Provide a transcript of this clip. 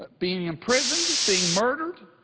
but being imprisoned, being murdered.